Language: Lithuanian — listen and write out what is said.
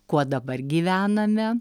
kuo dabar gyvename